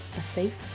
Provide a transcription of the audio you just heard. a safe?